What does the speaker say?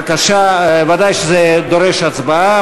ודאי שזה דורש הצבעה.